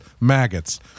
maggots